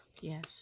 yes